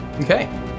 Okay